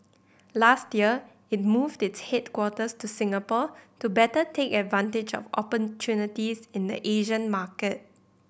last year it moved its headquarters to Singapore to better take advantage of opportunities in the Asian market